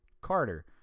Carter